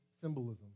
symbolism